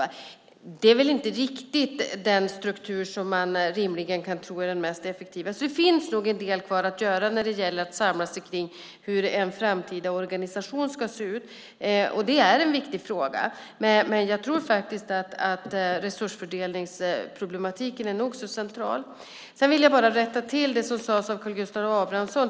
Men det är väl inte riktigt den struktur som man rimligen kan tro är den mest effektiva, så en del finns nog kvar att göra när det gäller att samlas kring hur en framtida organisation ska se ut. Det är en viktig fråga. Resursfördelningsproblematiken är nog så central. Sedan vill jag bara rätta till när det gäller det som sades av Karl Gustav Abramsson.